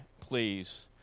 please